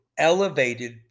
Elevated